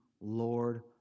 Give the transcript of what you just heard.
Lord